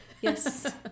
yes